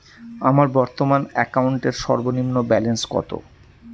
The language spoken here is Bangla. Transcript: আমার বর্তমান অ্যাকাউন্টের সর্বনিম্ন ব্যালেন্স কত?